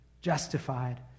justified